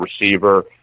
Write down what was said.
receiver